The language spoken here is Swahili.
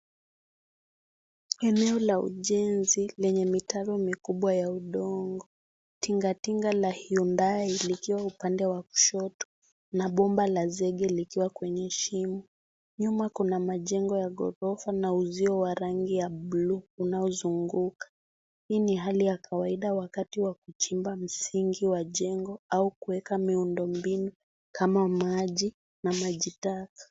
Eneo la ujenzi lenye mitaro mikubwa ya udongo, tingatinga laiundai likiwa upande wa kushoto na Bomba la zege likiwa kwenye shimo. Nyuma Kuna mjengo ya gorofa na uzio wa rangi ya buluu unao zunguka. Hii ni hali ya kawaida wakati wa kuchimba msingi wa jengo au kuweka miundi mbinu kama maji na maji taka.